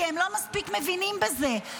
כי הם לא מספיק מבינים בזה.